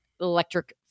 electric